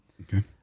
Okay